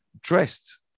dressed